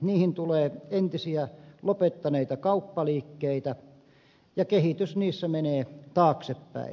niihin tulee entisiä lopettaneita kauppaliikkeitä ja kehitys niissä menee taaksepäin